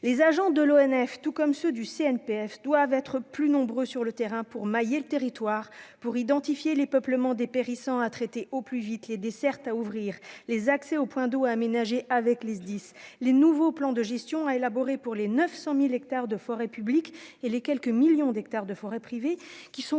les agents de l'ONF, tout comme ceux du CNPF doivent être plus nombreux sur le terrain pour mailler le territoire pour identifier les peuplements dépérissant à traiter au plus vite les dessertes à ouvrir les accès au point d'eau aménagé avec les SDIS les nouveaux plans de gestion a élaboré pour les 900000 hectares de forêts publiques et les quelques millions d'hectares de forêts privées qui sont